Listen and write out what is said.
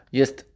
jest